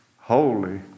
holy